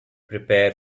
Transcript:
prepare